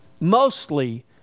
mostly